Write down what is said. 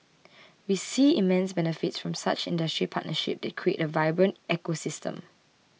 we see immense benefits from such industry partnership that creates a vibrant ecosystem